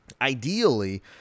Ideally